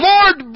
Lord